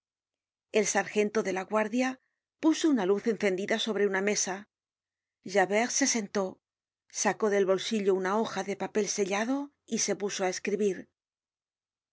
el sargento de la guardia puso una luz encendida sobre una mesa javert se sentó sacó del bolsillo una hoja de papel sellado y se puso á escribir